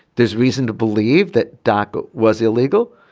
there's reason to believe that daca was illegal.